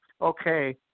okay